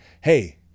hey